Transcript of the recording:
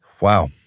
wow